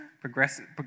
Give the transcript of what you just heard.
progressive